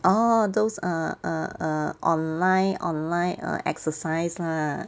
orh those err err err online online err exercise lah